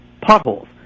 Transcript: potholes